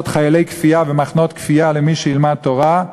אני רוצה לעשות חיילי כפייה ומחנות כפייה למי שילמד תורה,